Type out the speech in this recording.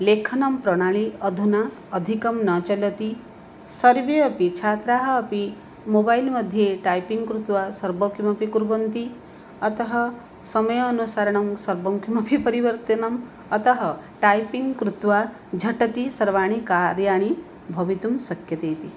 लेखनप्रणाली अधुना अधिकं न चलति सर्वे अपि छात्राः अपि मोबैल् मध्ये टैपिङ्ग् कृत्वा सर्वं किमपि कुर्वन्ति अतः समयानुसरणं सर्वं किमपि परिवर्तनम् अतः टैपिङ्ग् कृत्वा झटिति सर्वाणि कार्याणि भवितुं शक्यन्ते इति